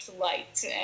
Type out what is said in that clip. light